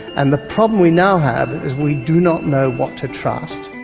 and the problem we now have is we do not know what to trust.